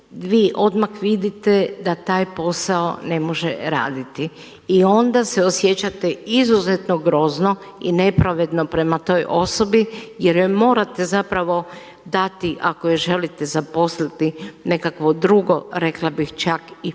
vi odmah vidite da taj posao ne može raditi. I onda se osjećate izuzetno grozno i nepravedno prema toj osobi jer joj morate zapravo dati ako je želite zaposliti nekakvo drugo rekla bih čak i